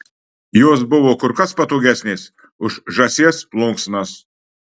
jos buvo kur kas patogesnės už žąsies plunksnas